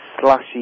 slushy